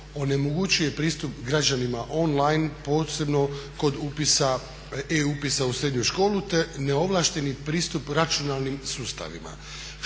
onemogućuje pristup građanima online posebno kod e-upisa u srednju školu te neovlašteni pristup računalnim sustavima.